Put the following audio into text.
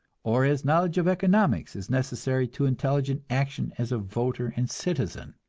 or as knowledge of economics is necessary to intelligent action as a voter and citizen.